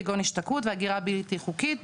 כגון השתקעות והגירה בלתי חוקית,